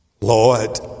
Lord